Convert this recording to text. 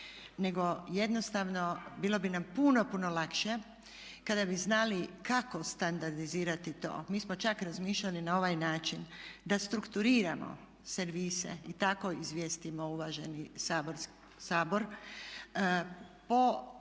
nego jednostavno bilo bi nam puno, puno lakše kako standardizirati to. Mi smo čak razmišljali na ovaj način, da strukturiramo servise i tako izvijestimo uvaženi Sabor po korisnicima.